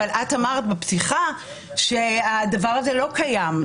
אבל את אמרת בפתיחה שהדבר הזה לא קיים,